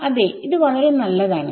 അതേ ഇത് വളരെ നല്ലതാണ്